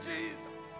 Jesus